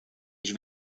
ich